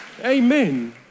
Amen